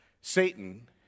Satan